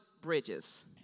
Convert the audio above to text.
bridges